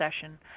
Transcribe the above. session